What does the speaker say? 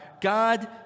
God